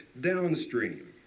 downstream